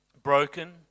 broken